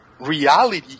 Reality